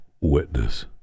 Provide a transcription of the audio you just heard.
witness